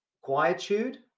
quietude